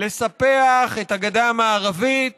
לספח את הגדה המערבית